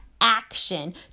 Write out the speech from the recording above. action